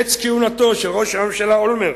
קץ כהונתו של ראש הממשלה אולמרט,